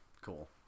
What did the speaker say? cool